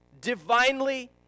divinely